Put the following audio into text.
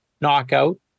Knockout